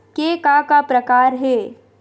के का का प्रकार हे?